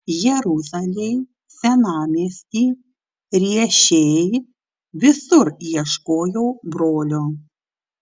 jeruzalėj senamiesty riešėj visur ieškojau brolio